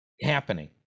happening